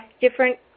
different